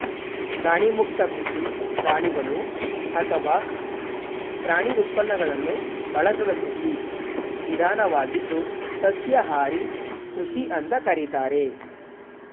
ಪ್ರಾಣಿಮುಕ್ತ ಕೃಷಿ ಪ್ರಾಣಿಗಳು ಅಥವಾ ಪ್ರಾಣಿ ಉತ್ಪನ್ನಗಳನ್ನು ಬಳಸದ ಕೃಷಿ ವಿಧಾನವಾಗಿದ್ದು ಸಸ್ಯಾಹಾರಿ ಕೃಷಿ ಅಂತ ಕರೀತಾರೆ